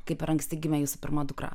kai per anksti gimė jūsų pirma dukra